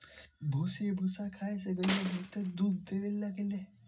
भूसी भूसा खाए से गईया बहुते दूध देवे लागेले